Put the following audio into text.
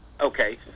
Okay